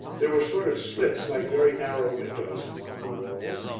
there were sort of slits like very narrow windows in one of the walls,